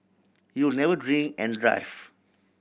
you'll never drink and drive